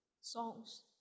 songs